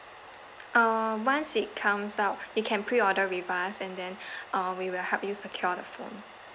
uh once it comes out you can pre order with us and then uh we will help you secure the phone